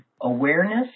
awareness